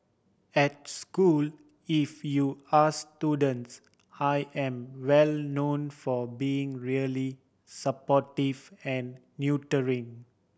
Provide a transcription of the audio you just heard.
at school if you ask students I am well known for being really supportive and nurturing